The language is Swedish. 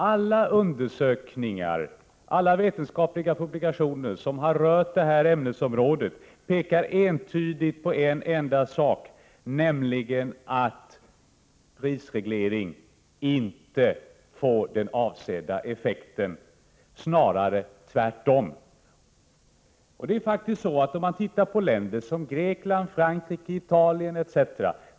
Alla undersökningar, alla vetenskapliga publikationer som har rört det här ämnesområdet pekar entydigt på en enda sak, nämligen att prisreglering inte får den avsedda effekten, snarare tvärtom. Om man tittar på länder som Grekland, Frankrike, Italien etc.